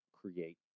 create